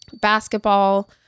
basketball